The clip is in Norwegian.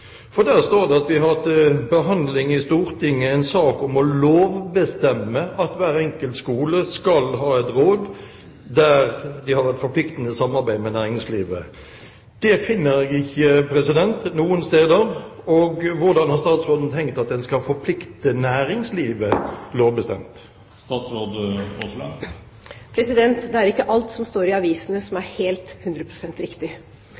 for der sto det at vi har til behandling i Stortinget en sak om å lovbestemme at hver enkelt skole skal ha et råd som skal ha et forpliktende samarbeid med næringslivet. Det finner jeg ikke noen steder. Hvordan har statsråden tenkt at man skal forplikte næringslivet lovbestemt? Det er ikke alt som står i avisene som er hundre prosent riktig.